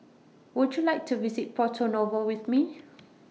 Would YOU like to visit Porto Novo with Me